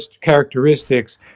characteristics